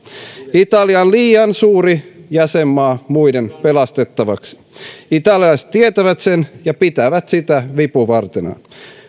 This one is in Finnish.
italia on liian suuri jäsenmaa muiden pelastettavaksi italialaiset tietävät sen ja pitävät sitä vipuvartenaan